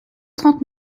trente